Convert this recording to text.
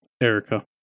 Erica